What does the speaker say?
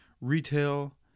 Retail